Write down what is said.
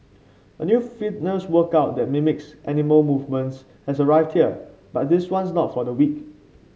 a new fitness workout that mimics animal movements has arrived here but this one's not for the weak